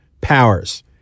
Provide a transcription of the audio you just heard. powers